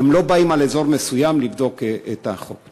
הם לא באים אל אזור מסוים לבדוק את החוק.